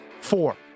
four